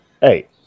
Hey